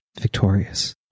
victorious